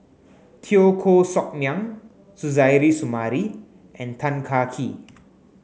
Teo Koh Sock Miang Suzairhe Sumari and Tan Kah Kee